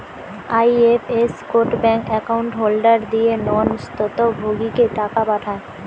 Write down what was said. IFS code bank account holder দিয়ে নন স্বত্বভোগীকে টাকা পাঠায়